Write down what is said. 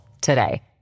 today